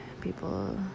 people